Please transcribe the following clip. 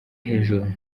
hejuru